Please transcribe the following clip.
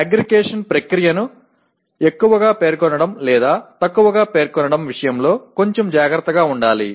aggregation ప్రక్రియ ని ను ఎక్కువుగా పేర్కొనడం లేదా తక్కువుగా పేర్కొనడం విషయంలో కొంచెం జాగ్రత్తగా ఉండాలి